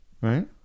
Right